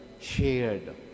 shared